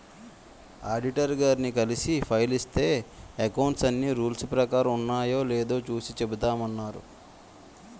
auditor గారిని కలిసి file ఇస్తే అకౌంట్స్ అన్నీ రూల్స్ ప్రకారం ఉన్నాయో లేదో చూసి చెబుతామన్నారు